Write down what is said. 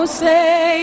say